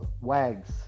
Wags